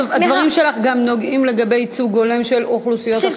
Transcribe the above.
הדברים שלך גם נוגעים לייצוג הולם של אוכלוסיות אחרות,